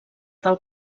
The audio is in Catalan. del